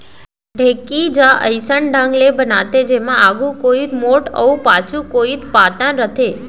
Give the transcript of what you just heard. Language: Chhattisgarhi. ढेंकी ज अइसन ढंग ले बनाथे जेमा आघू कोइत मोठ अउ पाछू कोइत पातन रथे